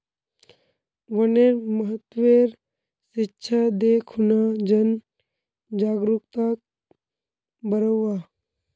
वनेर महत्वेर शिक्षा दे खूना जन जागरूकताक बढ़व्वा